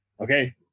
okay